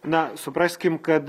na supraskim kad